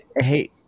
hey